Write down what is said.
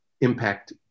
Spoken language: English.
Impact